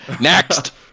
Next